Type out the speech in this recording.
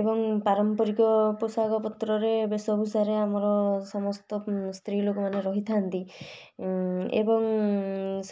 ଏବଂ ପାରମ୍ପରିକ ପୋଷାକ ପତ୍ରରେ ବେଶଭୂଷାରେ ଆମର ସମସ୍ତ ସ୍ତ୍ରୀ ଲୋକମାନେ ରହିଥାନ୍ତି ଏବଂ